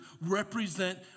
represent